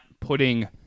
putting